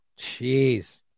Jeez